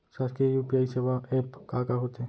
शासकीय यू.पी.आई सेवा एप का का होथे?